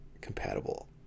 compatible